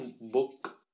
book